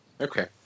Okay